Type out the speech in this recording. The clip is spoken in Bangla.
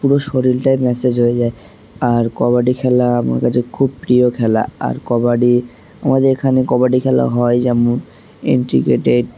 পুরো শরীরটাই ম্যাসেজ হয়ে যায় আর কবাডি খেলা আমার কাছে খুব প্রিয় খেলা আর কবাডি আমাদের এখানে কবাডি খেলা হয় যেমন এনট্রি কেটে